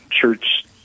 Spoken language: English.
church